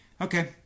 okay